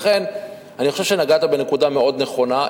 לכן, אני חושב שנגעת בנקודה מאוד נכונה.